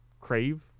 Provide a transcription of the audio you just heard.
Crave